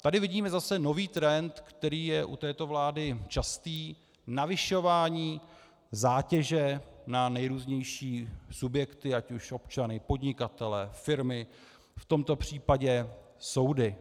Tady vidíme zase nový trend, který je u této vlády častý, zvyšování zátěže na nejrůznější subjekty, ať už občany, podnikatele, firmy, v tomto případě soudy.